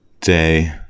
day